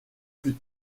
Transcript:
plus